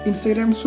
Instagram